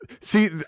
See